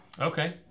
Okay